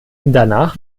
danach